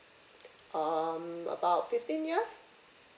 um about fifteen years